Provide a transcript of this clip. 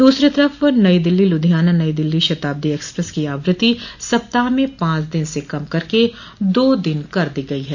दूसरी तरफ नई दिल्ली लुधियाना नई दिल्ली शताब्दी एक्सप्रेस की आवृत्ति सप्ताह में पांच दिन से कम करके दो दिन कर दी गई है